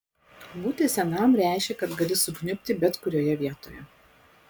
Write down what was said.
būti senam reiškė kad gali sukniubti bet kurioje vietoje